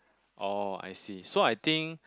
oh I see so I think